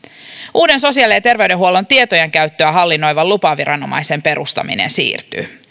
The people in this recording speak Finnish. uuden sosiaali ja terveydenhuollon tietojenkäyttöä hallinnoivan lupaviranomaisen perustaminen siirtyy